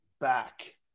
back